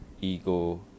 Ego